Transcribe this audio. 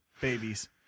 Babies